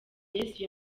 yesu